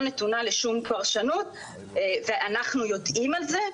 נתונה לשום פרשנות ואנחנו יודעים על זה,